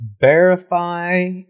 verify